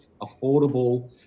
affordable